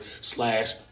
slash